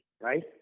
right